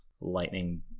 lightning